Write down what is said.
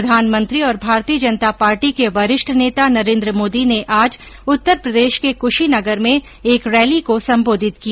प्रधानमंत्री और भारतीय जनता पार्टी के वरिष्ठ नेता नरेन्द्र मोदी ने आज उत्तर प्रदेश के क्शीनगर में एक रैली को सम्बोधित किया